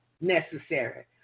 necessary